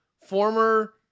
Former